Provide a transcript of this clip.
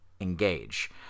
engage